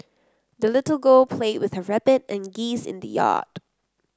the little girl played with her rabbit and geese in the yard